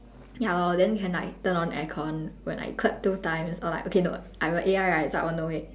ya lor then can like turn on air con when I clap two times or like okay no I'm a A_I right so I will know it